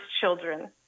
children